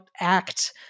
act